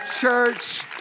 church